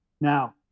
Now